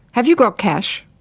have you got cash?